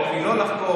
את מי לא לחקור,